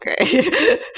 okay